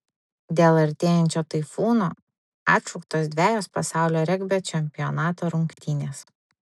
dėl artėjančio taifūno atšauktos dvejos pasaulio regbio čempionato rungtynės